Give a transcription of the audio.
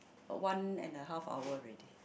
one and the half hour already